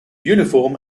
uniform